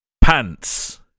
pants